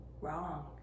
wrong